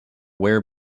wear